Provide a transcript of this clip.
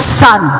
son